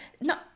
no